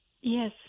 Yes